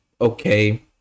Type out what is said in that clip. okay